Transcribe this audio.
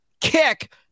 kick